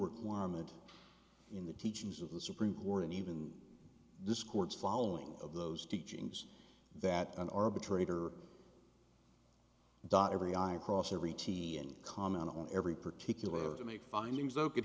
requirement in the teachings of the supreme court and even this court's following of those teachings that an arbitrator dot every i and cross every t and comment on every particular to make findings oh could